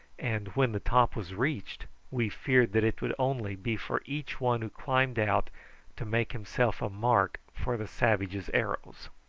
and when the top was reached we feared that it would only be for each one who climbed out to make himself a mark for the savages' arrows.